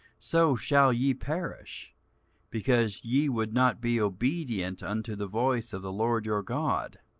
so shall ye perish because ye would not be obedient unto the voice of the lord your god.